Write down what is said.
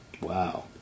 Wow